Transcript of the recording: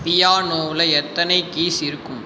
பியானோவுல எத்தனை கீஸ் இருக்கும்